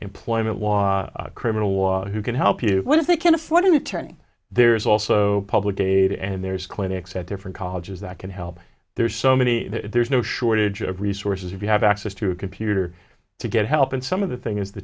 employment law criminal law who can help you but if they can't afford an attorney there's also public aid and there's clinics at different colleges that can help there's so many there's no shortage of resources if you have access to a computer to get help and some of the thing is the